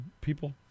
People